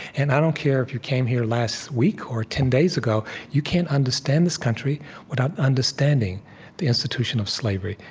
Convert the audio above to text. and i don't care if you came here last week or ten days ago, you can't understand this country without understanding the institution of slavery.